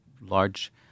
large